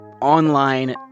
online